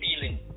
feeling